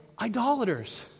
idolaters